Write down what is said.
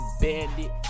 Bandit